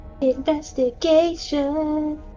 Investigation